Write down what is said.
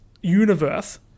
universe